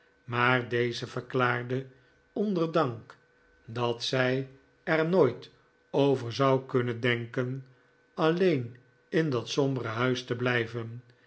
maar deze verklaarde onder dank dat zij er nooit over zou kunnen denken alleen in dat sombere huis te blijven